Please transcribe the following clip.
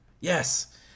Yes